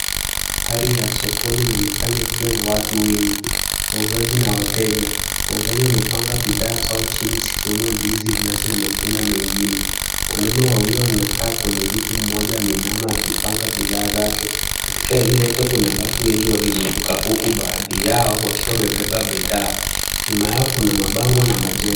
Hali ya sokoni inaonekana ikiwa na watu wengi. Wauzaji na wateja, wauzaji wamepanga bidhaa zao chini zikiwemo ndizi, viazi na matunda mengine. Wanaume wawili wamekaa kwenye viti, mmoja ameinama akipanga bidhaa zake. Katika eneo lote watu wengi wanazunguka huku baadhi yao wakiwa wamebeba bidhaa. Nyuma yao kuna mabango na majengo.